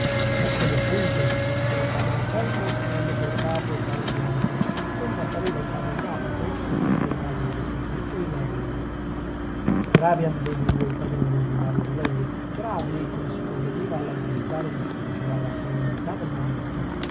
eccoli appunto ripigliò il padre anselmo segnando col capo tra le piante donde appariva il padre agapito seguito dai padri restituto e ilarione gravi ambedue i padrini di mario novelli gravi come si conveniva alla dignità dell'ufficio e alla solennità